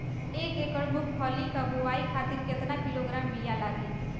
एक एकड़ मूंगफली क बोआई खातिर केतना किलोग्राम बीया लागी?